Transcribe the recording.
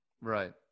Right